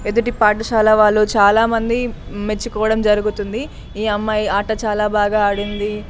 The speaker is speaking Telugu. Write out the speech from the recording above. ఎదుటి పాఠశాల వాళ్ళు చాలామంది మెచ్చుకోవడం జరుగుతుంది ఈ అమ్మాయి ఆట చాలా బాగా ఆడింది